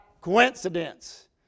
coincidence